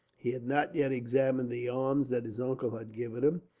he had not yet examined the arms that his uncle had given him,